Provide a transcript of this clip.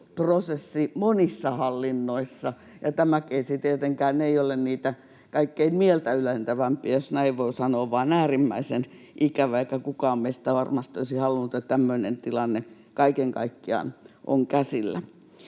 prosessi monissa hallinnoissa. Tämä keissi tietenkään ei ole niitä kaikkein mieltäylentävimpiä, jos näin voi sanoa, vaan äärimmäisen ikävä, eikä kukaan meistä varmasti olisi halunnut, että tämmöinen tilanne kaiken kaikkiaan on käsillä.